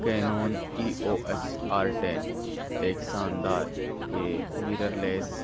کینون E O S R ten ایک شاندار یہ میرر لیس